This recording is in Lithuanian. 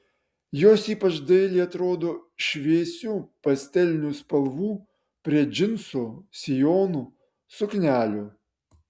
jos ypač dailiai atrodo šviesių pastelinių spalvų prie džinsų sijonų suknelių